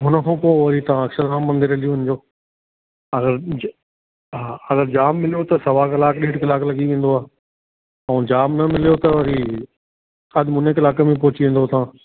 हुनखो पोइ वरी तव्हां अक्षरधाम मंदिर हली वञिजो अगरि हुजे हा अगरि जाम मिलियो त सवा कलाक ॾेढ कलाक लॻी वेंदो आहे ऐं जाम न मिलियो त वरी अधि मुने कलाक में पहुची वेंदो तव्हां